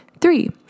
Three